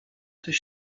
tyś